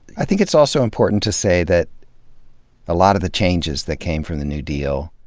i think it's also important to say that a lot of the changes that came from the new deal,